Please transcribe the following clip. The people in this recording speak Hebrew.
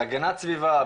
בהגנת סביבה,